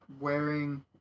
wearing